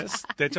Yes